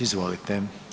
Izvolite.